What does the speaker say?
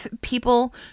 people